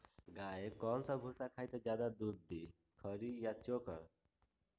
गाय कौन सा भूसा खाई त ज्यादा दूध दी खरी या चोकर?